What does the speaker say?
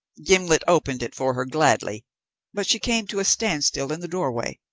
gimblet opened it for her gladly but she came to a standstill in the doorway.